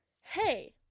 hey